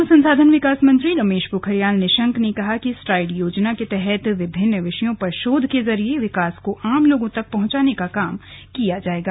मानव संसाधन विकास मंत्री रमेश पोखरियाल निशंक ने कहा कि स्ट्राइड योजना के तहत विभिन्न विषयों पर शोध के जरिए विकास को आम लोगों तक पहुंचाने का काम किया जाएगा